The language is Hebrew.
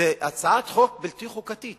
זו הצעת חוק בלתי חוקתית,